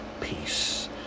peace